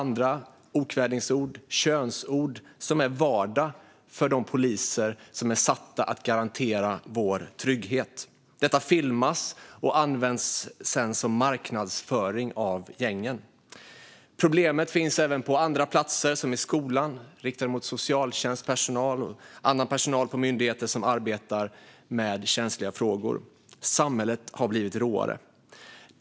Andra okvädingsord och könsord är vardag för de poliser som är satta att garantera vår trygghet. Detta filmas och används sedan som marknadsföring av gängen. Problemet finns även på andra platser, till exempel i skolan, riktat mot socialtjänstpersonal och annan personal i myndigheter som arbetar med känsliga frågor. Samhället har blivit råare.